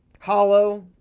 hollow,